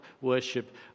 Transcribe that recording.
worship